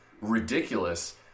ridiculous